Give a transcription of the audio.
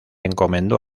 encomendó